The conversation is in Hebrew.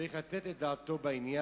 צריך לתת את דעתו לעניין,